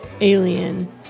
alien